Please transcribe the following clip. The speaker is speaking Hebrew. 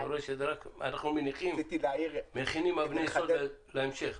אנחנו מכינים אבני יסוד להמשך.